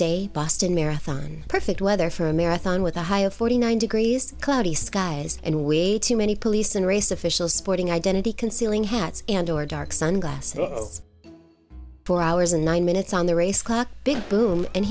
day boston marathon perfect weather for a marathon with a high of forty nine degrees cloudy skies in way too many police and race officials sporting identity concealing hats and or dark sunglasses four hours and nine minutes on the race clock big boom and